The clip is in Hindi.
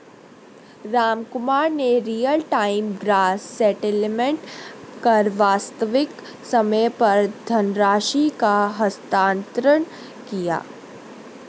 रामकुमार ने रियल टाइम ग्रॉस सेटेलमेंट कर वास्तविक समय पर धनराशि का हस्तांतरण किया